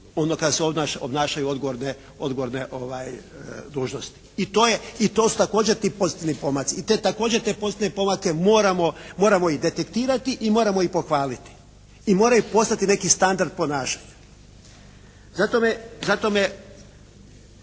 onda kada se obnašaju odgovorne dužnosti. I to je, i to su također ti pozitivni pomaci i te također te pozitivne pomake moramo ih detektirati i moramo ih pohvaliti i moraju postati neki standard ponašanja. Zato me